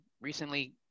Recently